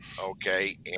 okay